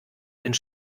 ins